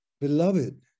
beloved